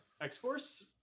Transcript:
X-Force